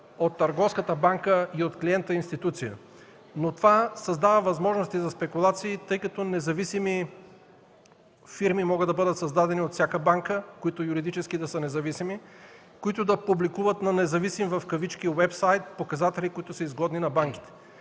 от търговската банка и от клиента институция. Но това създава възможности за спекулации, тъй като независими фирми могат да бъдат създадени от всяка банка, които юридически да са независими, които да публикуват на „независим” уебсайт показатели, които са изгодни на банките.